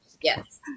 Yes